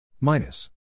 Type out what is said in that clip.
minus